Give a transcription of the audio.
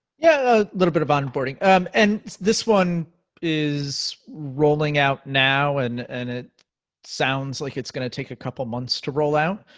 yeah, a little bit of onboarding. um and this one is rolling out now, and and it sounds like it's gonna take a couple of months to roll out,